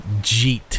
jeet